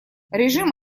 режим